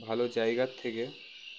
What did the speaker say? ভালো জায়গার থেকে